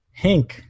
Hink